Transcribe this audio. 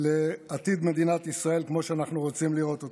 לעתיד מדינת ישראל כמו שאנחנו רוצים לראות אותה.